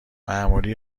معمولی